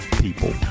people